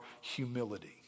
humility